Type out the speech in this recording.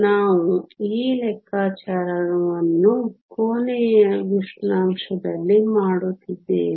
ನಾವು ಈ ಲೆಕ್ಕಾಚಾರವನ್ನು ಕೋಣೆಯ ಉಷ್ಣಾಂಶದಲ್ಲಿ ಮಾಡುತ್ತಿದ್ದೇವೆ